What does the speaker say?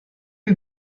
you